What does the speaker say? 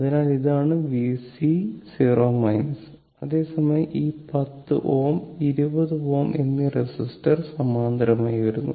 അതിനാൽ ഇതാണ് Vc അതേ സമയം ഈ 10 Ω 20 Ω എന്നീ റെസിസ്റ്റർ സമാന്തരമായി വരുന്നു